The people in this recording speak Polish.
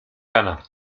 rana